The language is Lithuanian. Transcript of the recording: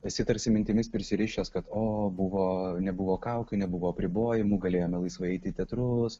esi tarsi mintimis prisirišęs kad o buvo nebuvo kaukių nebuvo apribojimų galėjome laisvai eiti į teatrus